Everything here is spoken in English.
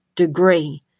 degree